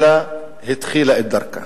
אלא התחילה את דרכה,